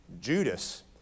Judas